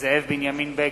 זאב בנימין בגין,